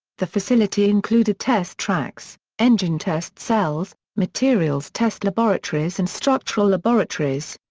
the facility included test tracks, engine test cells, materials test laboratories and structural laboratories.